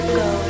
go